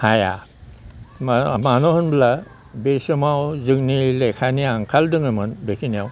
हाया मानो होनोब्ला बै समाव जोंनि लेखानि आंखाल दङमोन बेखिनियाव